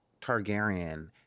Targaryen